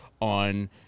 on